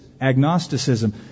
agnosticism